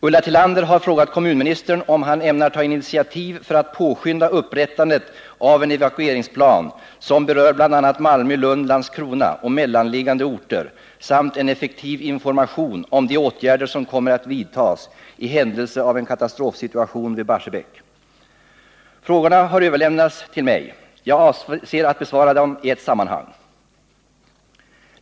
Ulla Tillander har frågat kommunministern om han ämnar ta initiativ för att påskynda upprättandet av en evakueringsplan som berör bl.a. Malmö-Lund-Landskrona och mellanliggande orter samt en effektiv information om de åtgärder som kommer att vidtagas i händelse av en katastrofsituation vid Barsebäck. Frågorna har överlämnats till mig. Jag avser att besvara dem i ett sammanhang.